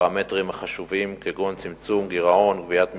בפרמטרים החשובים, כגון צמצום גירעון וגביית מסים.